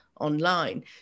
online